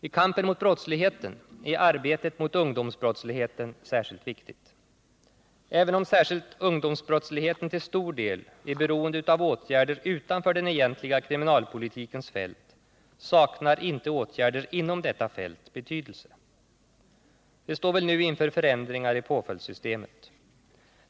I kampen mot brottsligheten är arbetet mot ungdomsbrottsligheten särskilt viktigt, och även om särskilt ungdomsbrottsligheten till stor del är beroende av åtgärder utanför den egentliga kriminalpolitikens fält saknar inte åtgärder inom detta fält betydelse. Vi står väl nu inför förändringar i påföljdssystemet.